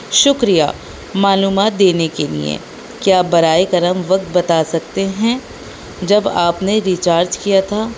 شکریہ معلومات دینے کے لیے کیا برائے کرم وقت بتا سکتے ہیں جب آپ نے ریچارج کیا تھا